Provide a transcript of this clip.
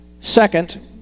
Second